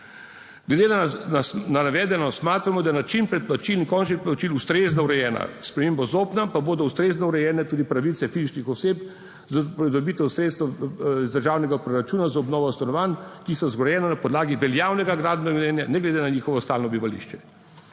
Glede na navedeno smatramo, da je način predplačil končnih plačil ustrezno urejena. S spremembo ZOPNN-a pa bodo ustrezno urejene tudi pravice fizičnih oseb za pridobitev sredstev iz državnega proračuna za obnovo stanovanj, ki so zgrajena na podlagi veljavnega gradbenega dovoljenja, ne glede na njihovo stalno bivališče.